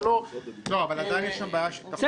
אבל יש שם בעיה של תחבורה.